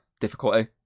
difficulty